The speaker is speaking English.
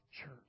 church